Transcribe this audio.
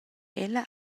ella